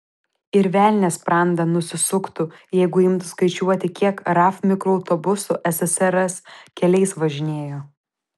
ir velnias sprandą nusisuktų jeigu imtų skaičiuoti kiek raf mikroautobusų ssrs keliais važinėjo